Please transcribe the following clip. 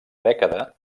dècada